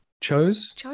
chose